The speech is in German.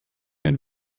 ein